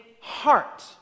heart